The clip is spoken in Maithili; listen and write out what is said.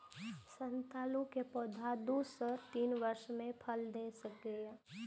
सतालू के पौधा दू सं तीन वर्ष मे फल देबय लागै छै